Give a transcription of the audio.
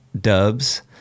Dubs